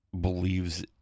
believes